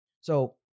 So-